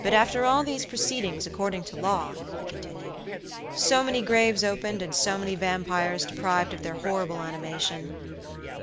but after all these proceedings according to law, he continued so many graves opened, and so many vampires deprived of their horrible animation